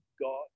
God